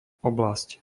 oblasť